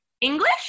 English